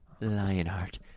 Lionheart